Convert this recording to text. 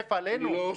לטנף עלינו?